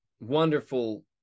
wonderful